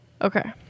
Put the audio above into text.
Okay